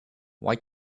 why